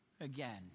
again